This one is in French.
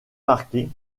marqués